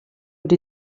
die